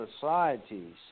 societies